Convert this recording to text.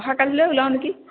অহাকালিলৈ ওলাও নেকি